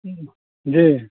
हूँ जी